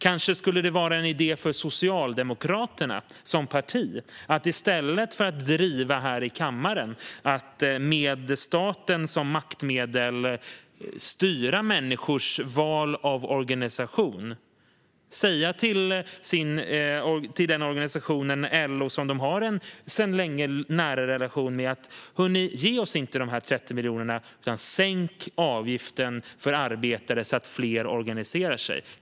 Kanske skulle det vara en idé för Socialdemokraterna som parti att, i stället för att här i kammaren driva att man med staten som maktmedel ska styra människors val av organisation, säga till LO, som de sedan länge har en nära relation med: Hör ni, ge oss inte de 30 miljonerna, utan sänk avgiften för arbetare, så att fler organiserar sig!